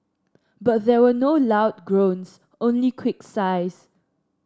but there were no loud groans only quick sighs